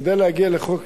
כדי להגיע לחוק